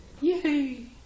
Yay